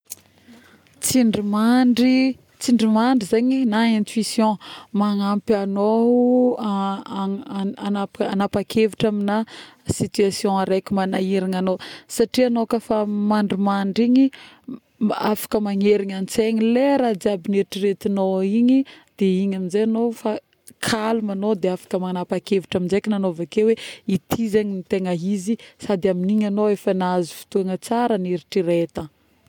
Tsindrimandry, tsindrimandry zegny na intuition magnampy agnao˂noise˃hanapa-kevitra amina situation araiky magnahiragna agnao satria agnao ka fa mandrimandry igny afaka magnerigna antsaigny le raha jiaby noeritreretignao igny de igny aminjay agnao fa calme agnao de afaka magnapa-kevitra aminjay agnao, avekeo hoe ity zegny tegna izy sady amin' igny egnao efa nahazo fotôgna tsara nieritreretagna